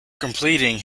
completing